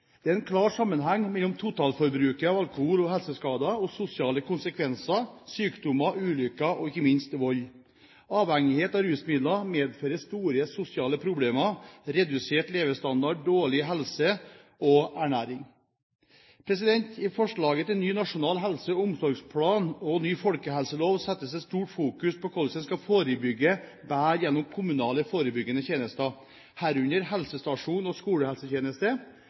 Det er en klar sammenheng mellom totalforbruket av alkohol og helseskader og sosiale konsekvenser, sykdommer, ulykker og ikke minst vold. Avhengighet av rusmidler medfører store sosiale problemer, redusert levestandard, dårlig helse og ernæring. I forslaget til ny nasjonal helse- og omsorgsplan og ny folkehelselov settes et stort fokus på hvordan en skal forebygge bedre gjennom kommunale forebyggende tjenester, herunder helsestasjon og skolehelsetjeneste.